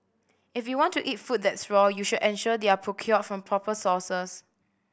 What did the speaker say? if you want to eat food that's raw you should ensure they are procured from proper sources